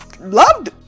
loved